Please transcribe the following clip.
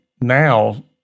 now